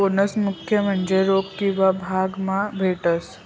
bonus मुख्य म्हन्जे रोक किंवा भाग मा भेटस